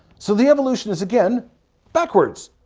so the evolution is again backwards.